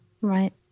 Right